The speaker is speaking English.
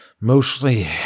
mostly